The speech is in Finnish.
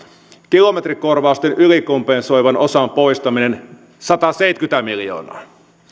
kilometrikorvausten ylikompensoivan osan poistaminen sataseitsemänkymmentä miljoonaa